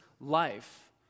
life